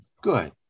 Good